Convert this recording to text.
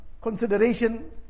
consideration